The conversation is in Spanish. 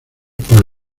por